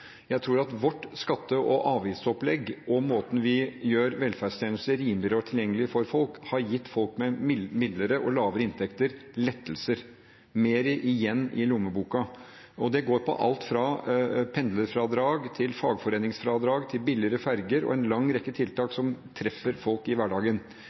Jeg tror at vårt skatte- og avgiftsopplegg og måten vi gjør velferdstjenester rimeligere og mer tilgjengelig for folk på, har gitt folk med midlere og lavere inntekter lettelser – mer igjen i lommeboka. Det går på alt fra pendlerfradrag til fagforeningsfradrag til billigere ferger og en lang rekke tiltak som treffer folk i hverdagen.